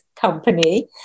company